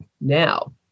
Now